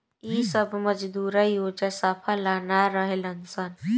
इ सब मजदूरा ओजा साफा ला ना रहेलन सन